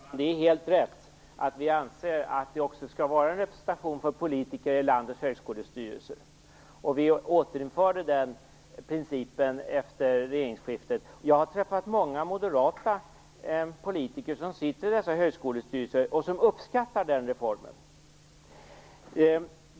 Fru talman! Det är helt riktigt att vi anser att det skall finnas en representation för politiker i landets högskolestyrelser. Vi återinförde den principen efter regeringsskiftet. Jag har träffat många moderata politiker som sitter i dessa högskolestyrelser och som uppskattar den reformen.